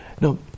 now